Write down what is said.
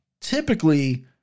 typically